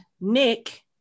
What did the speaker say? nick